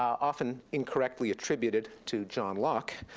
often incorrectly attributed to john locke.